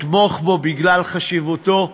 אתמוך בחוק בגלל חשיבותו.